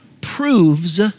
proves